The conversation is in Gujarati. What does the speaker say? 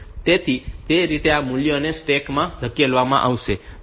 તેથી તે રીતે આ મૂલ્યોને સ્ટેક માં ધકેલવામાં આવશે